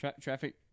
Traffic